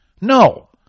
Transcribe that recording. No